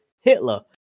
Hitler